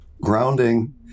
Grounding